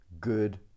good